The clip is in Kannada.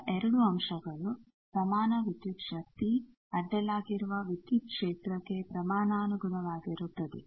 ಮೊದಲ 2 ಅಂಶಗಳು ಸಮಾನ ವಿದ್ಯುತ್ ಶಕ್ತಿ ಅಡ್ಡಲಾಗಿರುವ ವಿದ್ಯುತ್ ಕ್ಷೇತ್ರಕ್ಕೆ ಪ್ರಮಾಣಾನುಗುಣವಾಗಿರುತ್ತದೆ